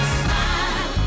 smile